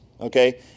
Okay